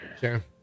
sure